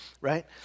right